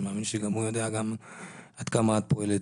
ואני מאמין שגם הוא יודע כמה את פועלת.